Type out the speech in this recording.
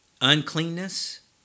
uncleanness